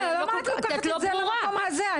למה את לוקחת את זה למקום הזה.